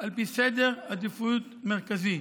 על פי סדר עדיפויות מרכזי.